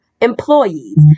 employees